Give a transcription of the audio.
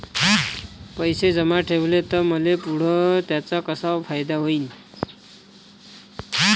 पैसे जमा ठेवले त मले पुढं त्याचा कसा फायदा होईन?